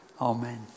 amen